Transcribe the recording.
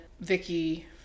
Vicky